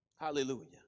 Hallelujah